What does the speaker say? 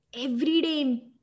everyday